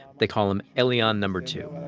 they call him elian number two